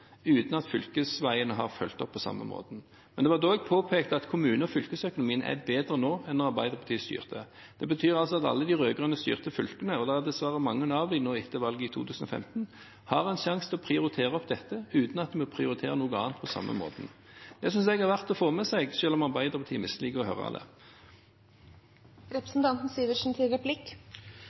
uten at fylkesveiene er fulgt opp på samme måte. Det var da jeg påpekte at kommune- og fylkesøkonomien er bedre nå enn da Arbeiderpartiet styrte. Det betyr altså at alle de rød-grønt styrte fylkene, og dem er det dessverre mange av nå etter valget i 2015, har en sjanse til å prioritere opp dette uten at vi prioriterer noe annet på samme måte. Det synes jeg er verdt å få med seg, selv om Arbeiderpartiet misliker å høre det. Jeg har forsøkt å invitere statsråden til